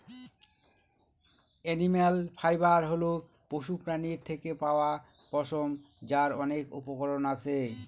animal fibre হল পশুপ্রাণীর থেকে পাওয়া পশম, যার অনেক উপকরণ আছে